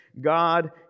God